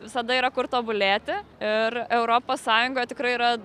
visada yra kur tobulėti ir europos sąjungoje tikrai yra